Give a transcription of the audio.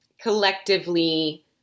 collectively